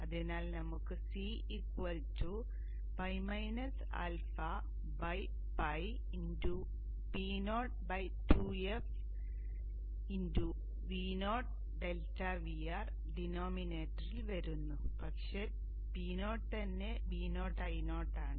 അതിനാൽ നമുക്ക് C ᴨ αᴨ Po 2 f Vo∆Vr ഡിനോമിനേറ്ററിൽ വരുന്നു പക്ഷേ Po തന്നെ VoIo ആണ്